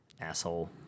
asshole